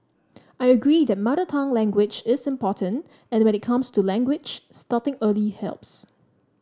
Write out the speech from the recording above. I agree that mother tongue language is important and when it comes to language starting early helps